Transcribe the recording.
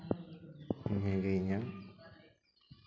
ᱱᱤᱭᱟᱹᱜᱮ ᱤᱧᱟᱹᱝ